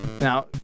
Now